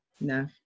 No